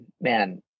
man